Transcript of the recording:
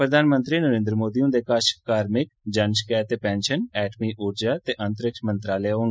प्रधानमंत्री नरेन्द्र मोदी हुंदे कश कार्मिक जन शकैत ते पैंशन एटमी उर्जा ते अंतरिक्ष मंत्रालय होङन